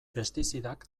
pestizidak